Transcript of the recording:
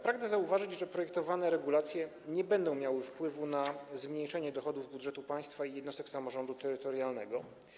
Pragę zauważyć, że projektowane regulacje nie będą miały wpływu na zmniejszenie dochodów budżetu państwa i jednostek samorządu terytorialnego.